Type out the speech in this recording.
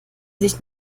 sich